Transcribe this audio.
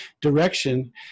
direction